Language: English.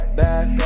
back